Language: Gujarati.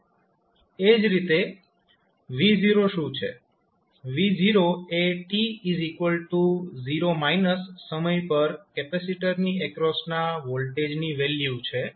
V0 એ t 0 સમય પર કેપેસિટરની એક્રોસના વોલ્ટેજની વેલ્યુ છે